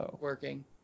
working